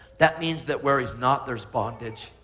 that means that where he's not, there's bondage.